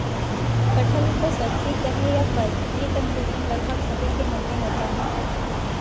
कटहल को सब्जी कहें या फल, यह कन्फ्यूजन लगभग सभी के मन में होता है